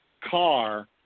car